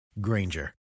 Granger